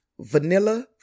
Vanilla